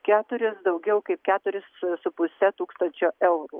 keturis daugiau kaip keturis su puse tūkstančio eurų